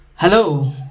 hello